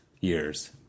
years